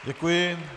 Děkuji.